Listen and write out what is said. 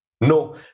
No